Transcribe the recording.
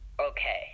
Okay